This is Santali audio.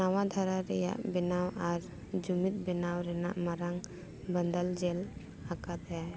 ᱱᱚᱣᱟ ᱫᱷᱟᱨᱟ ᱨᱮᱱᱟᱜ ᱵᱮᱱᱟᱣ ᱟᱨ ᱡᱩᱢᱤᱫ ᱵᱮᱱᱟᱣ ᱨᱮᱱᱟᱜ ᱢᱟᱨᱟᱝ ᱵᱚᱱᱚᱫᱚᱞ ᱧᱮᱞ ᱟᱠᱟᱫᱟᱭ